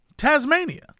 Tasmania